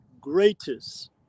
greatest